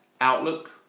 Outlook